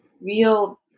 real